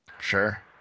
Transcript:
Sure